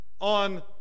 on